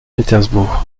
pétersbourg